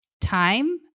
time